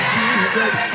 Jesus